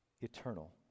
Eternal